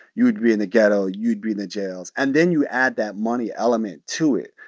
you would be in the ghetto, you'd be in the jails. and then you add that money element to it,